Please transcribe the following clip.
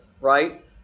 right